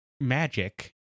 magic